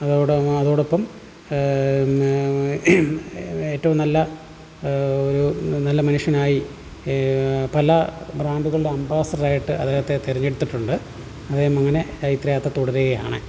അതൊടോ അതോടൊപ്പം ഏറ്റും നല്ല ഒരു നല്ല മനുഷ്യനായി പല ബ്രാൻഡുകളുടെ അംബാസിഡറായിട്ട് അദ്ദേഹത്തെ തിരഞ്ഞെടുത്തിട്ടുണ്ട് അദ്ദേഹം അങ്ങനെ ചൈത്രയാത്ര തുടരുകയാണ്